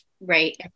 right